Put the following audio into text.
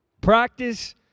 Practice